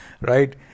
right